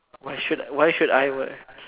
why should I why should I wor~